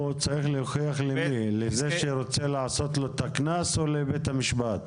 למי הוא צריך להוכיח לזה שרוצה לתת לו את הקנס או לבית המשפט?